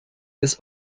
des